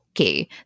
okay